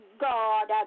God